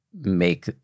make